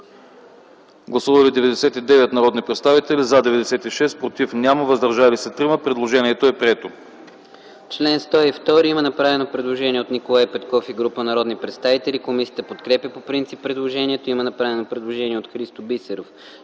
Гласували 99 народни представители: за 96, против няма, въздържали се 3. Предложението е прието. ДОКЛАДЧИК КРАСИМИР ЦИПОВ: По чл. 102 има направено предложение от Николай Петков и група народни представители. Комисията подкрепя по принцип предложението. Има направено предложение от Христо Бисеров: